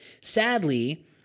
Sadly